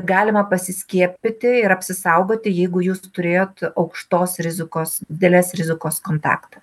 galima pasiskiepyti ir apsisaugoti jeigu jūs turėjot aukštos rizikos didelės rizikos kontaktą